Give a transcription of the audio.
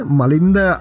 malinda